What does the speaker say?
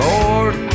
Lord